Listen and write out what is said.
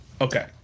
Okay